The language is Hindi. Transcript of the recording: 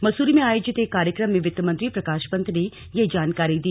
मसूरी में आयोजित एक कार्यक्रम में वित्त मंत्री प्रकाश पन्त ने यह जानकारी दी